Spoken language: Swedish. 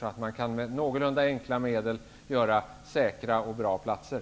Det går att med någorlunda enkla medel skapa säkra och bra platser.